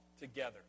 together